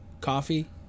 coffee